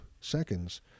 seconds